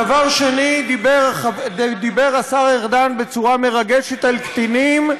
דבר שני, דיבר השר ארדן בצורה מרגשת על קטינים.